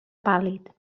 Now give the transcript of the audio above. pàl·lid